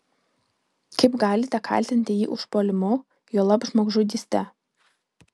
kaip galite kaltinti jį užpuolimu juolab žmogžudyste